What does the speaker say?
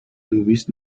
movies